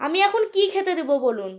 আমি এখন কী খেতে দেব বলুন